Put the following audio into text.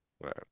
right